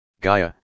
Gaia